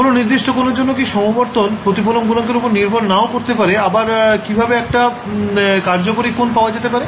কোন নির্দিষ্ট কোণের জন্য কি সমবর্তন প্রতিফলন গুনাঙ্কের ওপর নির্ভর নাও করতে পারে আর কিভাবে একটা কার্যকরী কোণ পাওয়া যেতে পারে